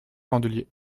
candelier